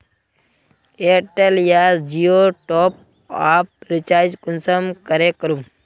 Airtel या जियोर top आप रिचार्ज कुंसम करे करूम?